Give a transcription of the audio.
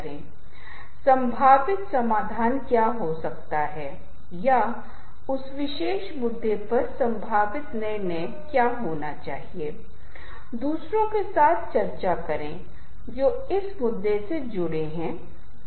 आपके हाथ में संगीत लगता है कि एक स्रोत तात्विक ध्वनि है या ओम जो ध्वनि या ध्वनि को अनसुना कर देता है जो नाद की जड़ में अनसुना है जो कि हमारे भाषण के साथ साथ संगीत के साथ श्रव्य है